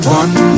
one